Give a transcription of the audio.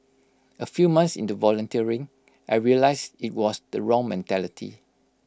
A few months into volunteering I realised IT was the wrong mentality